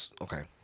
Okay